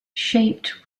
shaped